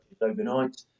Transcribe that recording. overnight